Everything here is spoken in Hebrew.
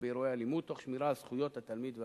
באירועי אלימות תוך שמירה על זכויות התלמיד והמורה.